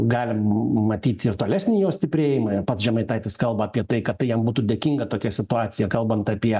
galim matyti ir tolesnį jo stiprėjimą ir pats žemaitaitis kalba apie tai kad tai jam būtų dėkinga tokia situacija kalbant apie